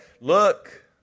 look